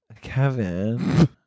Kevin